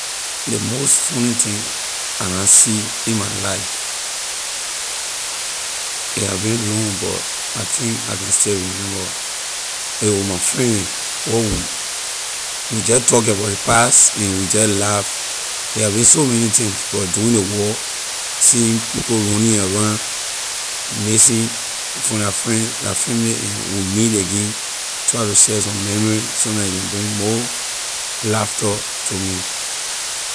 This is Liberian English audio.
Ley most fuuny thing I na see in my life a have been long but I think I can still remember it was with my friend neh wor we we just talk about the pass and we just laugh it has been so many things like doing the war seeing people running around missing from la friend la family and we meet again try to share some memory sometime a can bring more laughter to me.